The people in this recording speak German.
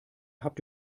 habt